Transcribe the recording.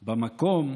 במקום,